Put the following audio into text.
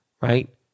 right